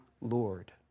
Lord